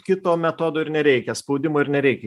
kito metodo ir nereikia spaudimo ir nereikia